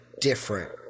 different